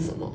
mm